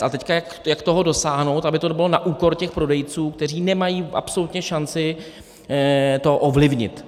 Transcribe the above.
A teď jak toho dosáhnout, aby to nebylo na úkor prodejců, kteří nemají absolutně šanci to ovlivnit.